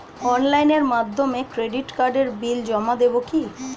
অনলাইনের মাধ্যমে ক্রেডিট কার্ডের বিল জমা দেবো কি?